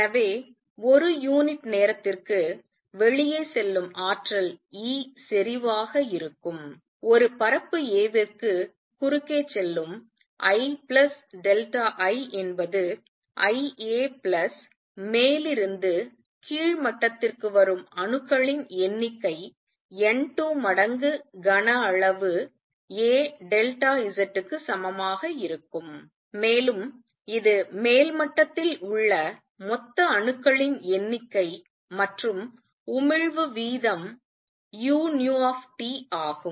எனவே ஒரு யூனிட் நேரத்திற்கு வெளியே செல்லும் ஆற்றல் E செறிவு ஆக இருக்கும் ஒரு பரப்பு a விற்கு குறுக்கேச் செல்லும் II என்பது I a பிளஸ் மேலிருந்து கீழ் மட்டத்திற்கு வரும் அணுக்களின் எண்ணிக்கை n2 மடங்கு கன அளவு a Zக்கு சமமாக இருக்கும் மேலும் இது மேல் மட்டத்தில் உள்ள மொத்த அணுக்களின் எண்ணிக்கை மற்றும் உமிழ்வு வீதம் uT ஆகும்